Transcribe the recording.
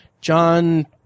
John